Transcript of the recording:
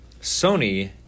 Sony